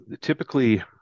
typically